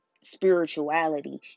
spirituality